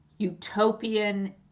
utopian